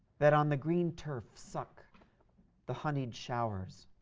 that on the green turf suck the honied showers,